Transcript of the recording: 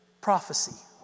prophecy